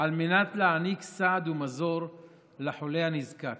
על מנת להעניק סעד ומזור לחולה הנזקק.